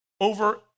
over